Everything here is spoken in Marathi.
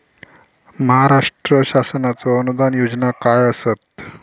महाराष्ट्र शासनाचो अनुदान योजना काय आसत?